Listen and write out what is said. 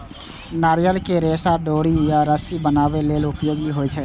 नारियल के रेशा डोरी या रस्सी बनाबै लेल उपयोगी होइ छै